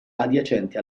adiacenti